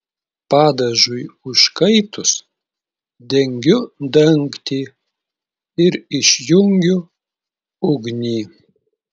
padažui užkaitus dengiu dangtį ir išjungiu ugnį